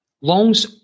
Longs